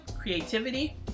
creativity